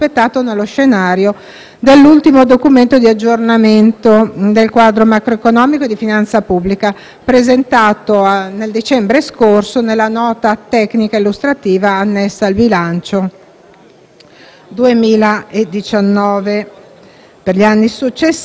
dell'ultimo documento di aggiornamento del quadro macroeconomico di finanza pubblica, presentato nel dicembre scorso nella Nota tecnica illustrativa annessa al bilancio 2019. Per gli anni successivi